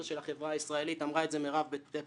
של החברה הישראלית אמרה את זה מירב בפתח